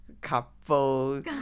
couple